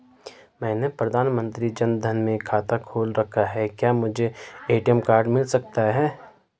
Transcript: मैंने प्रधानमंत्री जन धन में खाता खोल रखा है क्या मुझे ए.टी.एम कार्ड मिल सकता है?